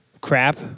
crap